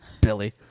billy